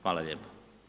Hvala lijepo.